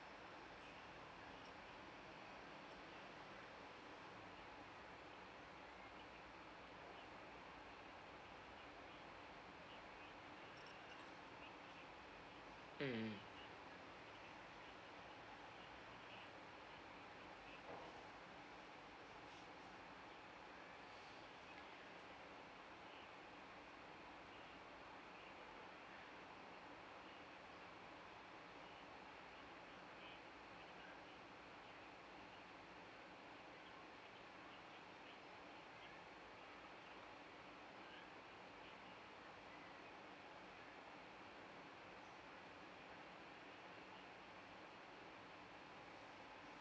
mm